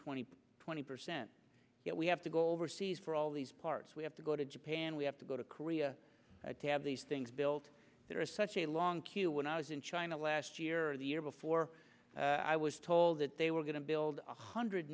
twenty twenty percent we have to go overseas for all these parts we have to go to japan we have to go to korea to have these things built that are such a long queue when i was in china last year or the year before i was told that they were going to build one hundred